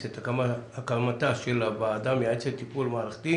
את הקמתה של הוועדה המייעצת לטפול מערכתי